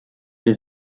wir